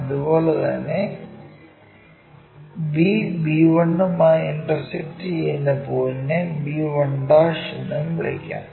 അത് പോലെ തന്നെ b b1 മായി ഇന്റർസെക്റ്റു ചെയുന്ന പോയിന്റിനെ b1' എന്നും വിളിക്കാം